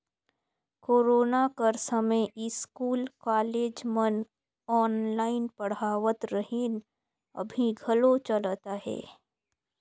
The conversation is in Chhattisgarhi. कोरोना कर समें इस्कूल, कॉलेज मन ऑनलाईन पढ़ावत रहिन, अभीं घलो चलत अहे